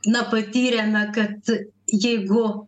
na patyrėme kad jeigu